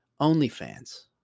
OnlyFans